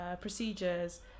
procedures